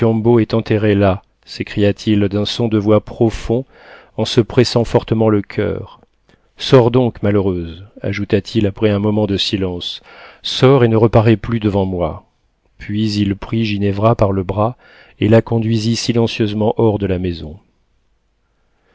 est enterrée là s'écria-t-il d'un son de voix profond en se pressant fortement le coeur sors donc malheureuse ajouta-t-il après un moment de silence sors et ne reparais plus devant moi puis il prit ginevra par le bras et la conduisit silencieusement hors de la maison